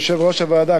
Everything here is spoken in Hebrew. יושב-ראש הוועדה,